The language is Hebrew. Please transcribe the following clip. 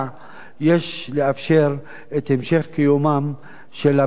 יש לאפשר את המשך קיומם של המחקרים האלה